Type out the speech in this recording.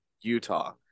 Utah